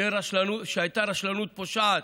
שהייתה רשלנות פושעת,